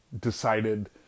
decided